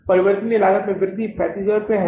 परिवर्तनीय लागत में वृद्धि 35000 है